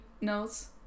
notes